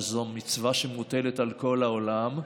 שזו מצווה שמוטלת על כל העולם,